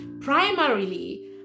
primarily